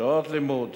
שעות לימוד,